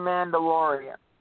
Mandalorian